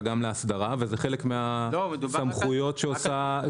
גם להסדרה וזה חלק מהסמכויות של המועצה.